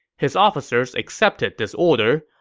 his officers accepted this order,